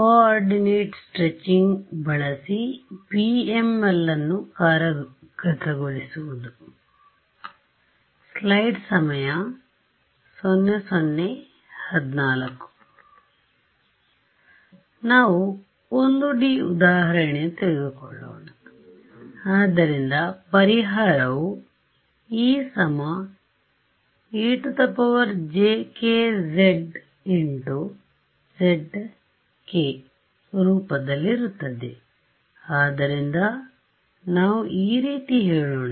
coordinate stretching ಬಳಸಿ PMLಅನ್ನು ಕಾರ್ಯಗತಗೊಳಿಸುವುದು ನಾವು 1D ಉದಾಹರಣೆಯನ್ನು ತೆಗೆದುಕೊಳ್ಳೋಣಆದ್ದರಿಂದ ಪರಿಹಾರವು E ejk z z xˆ ರೂಪದಲ್ಲಿರುತ್ತದೆ ಆದ್ದರಿಂದ ನಾವು ಈ ರೀತಿ ಹೇಳೋಣ